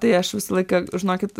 tai aš visą laiką žinokit